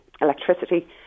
electricity